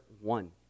one